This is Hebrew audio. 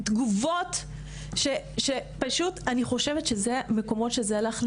תגובות שאני חושבת שזה מקומות שזה הלך לאיבוד.